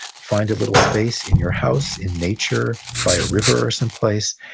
find a little space in your house, in nature, by a river or someplace,